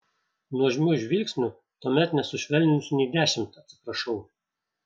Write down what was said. nuožmių žvilgsnių tuomet nesušvelnins nei dešimt atsiprašau